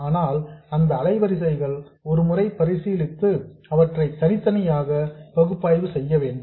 ஆனால் அந்த அலைவரிசைகளை ஒருமுறை பரிசீலித்து அவற்றை தனித்தனியாக பகுப்பாய்வு செய்ய வேண்டும்